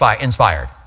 inspired